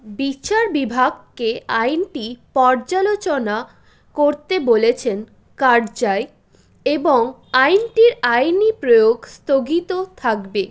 বিচার বিভাগকে আইনটি পর্যালোচনা করতে বলেছেন কারজাই এবং আইনটির আইনি প্রয়োগ স্থগিত থাকবে